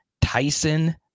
Tyson